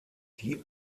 die